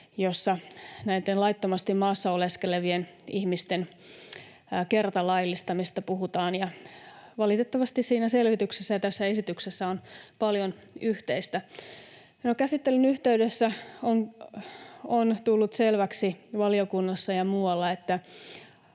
jossa näitten laittomasti maassa oleskelevien ihmisten kertalaillistamisesta puhutaan. Ja valitettavasti siinä selvityksessä ja tässä esityksessä on paljon yhteistä. No, käsittelyn yhteydessä on tullut selväksi valiokunnassa ja muualla,